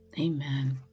Amen